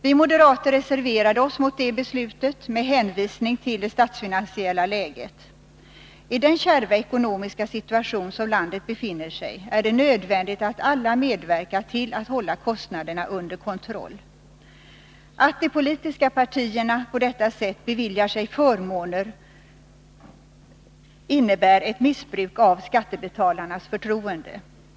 Vi moderater reserverade oss mot det beslutet med hänvisning till het det statsfinansiella läget. I den kärva ekonomiska situation som landet befinner sig i är det nödvändigt att alla medverkar till att hålla kostnaderna under kontroll. Att de politiska partierna på detta sätt beviljar sig förmåner innebär ett missbruk av skattebetalarnas förtroende.